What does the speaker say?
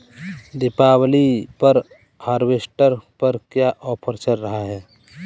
दीपावली पर हार्वेस्टर पर क्या ऑफर चल रहा है?